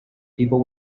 people